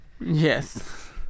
yes